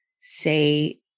say